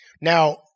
Now